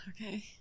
Okay